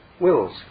wills